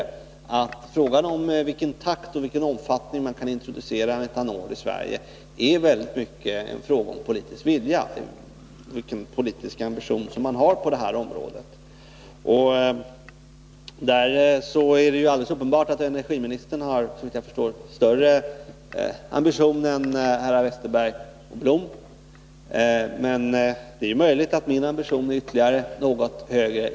nämligen att frågan om i vilken takt och omfattning man kan introducera metanol i Sverige i hög grad är en fråga om vilken politisk ambition man har på detta område. Det är ju alldeles uppenbart att energiministern, såvitt jag förstår. har större ambitioner än herrarna Westerberg och Blom. men det är möjligt att min ambition är ytterligare något högre.